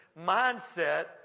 mindset